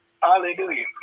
Hallelujah